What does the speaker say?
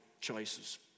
choices